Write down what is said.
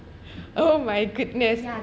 oh my goodness